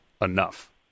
enough